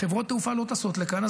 חברות תעופה לא טסות לכאן,